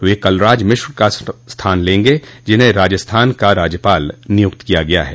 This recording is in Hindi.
वे कलराज मिश्र का स्थान लेंगे जिन्हें राजस्थान का राज्यपाल नियुक्त किया गया है